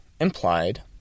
implied